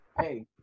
Hey